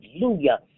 hallelujah